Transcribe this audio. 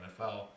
NFL